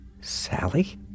Sally